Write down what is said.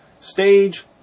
Stage